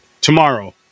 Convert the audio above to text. Tomorrow